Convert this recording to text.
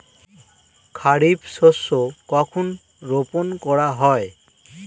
খারিফ শস্য কখন রোপন করা হয়?